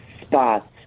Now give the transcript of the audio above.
spots